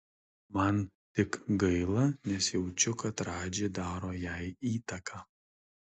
man tik gaila nes jaučiu kad radži daro jai įtaką